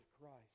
Christ